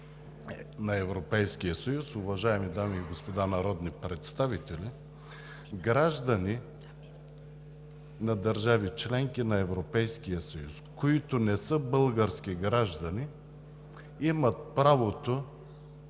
на Европейския съюз, уважаеми дами и господа народни представители, граждани на държави – членки на Европейския съюз, които не са български граждани, имат правото